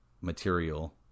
material